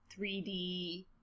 3D